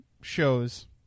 shows